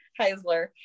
Heisler